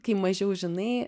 kai mažiau žinai